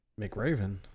McRaven